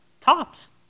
Tops